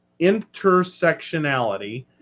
intersectionality